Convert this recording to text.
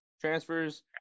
Transfers